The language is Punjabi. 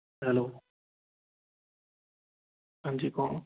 ਹੈਲੋ ਹਾਂਜੀ ਕੌਣ